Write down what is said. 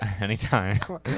Anytime